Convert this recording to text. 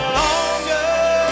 longer